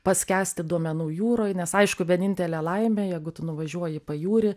paskęsti duomenų jūroj nes aišku vienintelė laimė jeigu tu nuvažiuoji į pajūrį